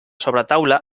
sobretaula